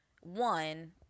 one